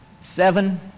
seven